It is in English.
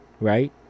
right